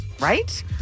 right